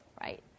right